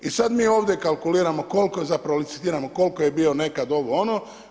I sad mi ovdje kalkuliramo koliko, zapravo licitiramo koliko je bio nekad ovo ono.